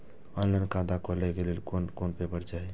Online खाता खोले के लेल कोन कोन पेपर चाही?